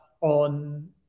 on